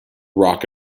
rock